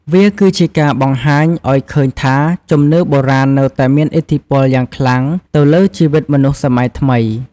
វាគឺជាការបង្ហាញឱ្យឃើញថា ជំនឿបុរាណនៅតែមានឥទ្ធិពលយ៉ាងខ្លាំងទៅលើជីវិតមនុស្សសម័យថ្មី។